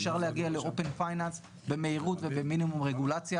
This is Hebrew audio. אפשר להגיע ל- open finance במהירות ובמינימום רגולציה